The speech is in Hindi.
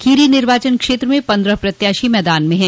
खीरी निर्वाचन क्षेत्र में पन्द्रह प्रत्याशी मैदान में है